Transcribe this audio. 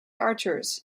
archers